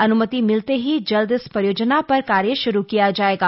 अन्मति मिलते ही जल्द इस परियोजना पर कार्य शुरू किया जाएगा